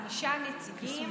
חמישה נציגים,